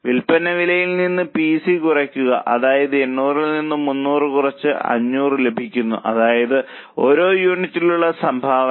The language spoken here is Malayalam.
വിൽപ്പന വിലയിൽ നിന്ന് വി സി കുറയ്ക്കുക അതായത് 800 ൽ നിന്ന് 300 കുറച്ച് 500 ലഭിക്കുന്നു അതാണ് ഓരോ യൂണിറ്റിലുമുള്ള സംഭാവന